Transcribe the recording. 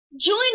Join